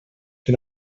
que